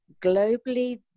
globally